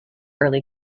early